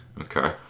okay